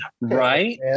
Right